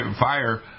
fire